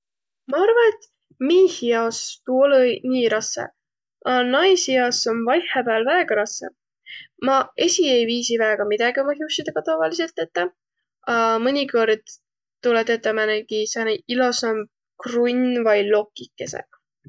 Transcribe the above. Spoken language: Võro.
Ma arva, et miihi jaos tuu olõ-õiq nii rassõ. A naisi jaos om vaihõpääl väega rassõ. Maq esi ei viisiq väega midägi oma hiussidõga tavalisõlt tetäq, a mõnikõrd tulõ tetäq määnegi sääne ilosamb krunn vai lokikõsõq.